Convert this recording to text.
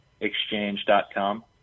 exchange.com